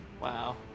wow